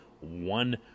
one